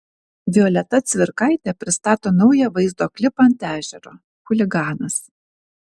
violeta cvirkaitė pristato naują vaizdo klipą ant ežero chuliganas